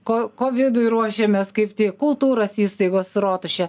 ko kovidui ruošiamės kaip tik kultūros įstaigos su rotuše